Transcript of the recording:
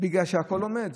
בגלל שהכול עומד.